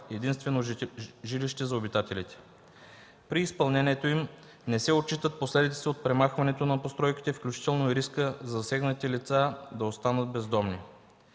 единствено жилище за обитателите. При изпълнението им не се отчитат последиците от премахването на постройките, включително и риска за засегнатите лица да останат бездомни.